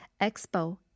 expo